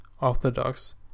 Orthodox